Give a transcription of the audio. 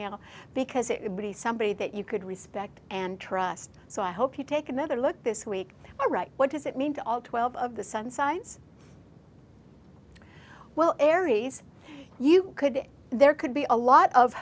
now because it would be somebody that you could respect and trust so i hope you take another look this week all right what does it mean to all twelve of the sun science well aries you could there could be a lot of